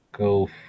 Go